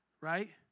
Right